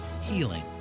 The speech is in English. Healing